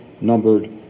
numbered